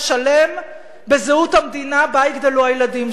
בזהות המדינה שבה יגדלו הילדים שלנו.